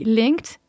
linked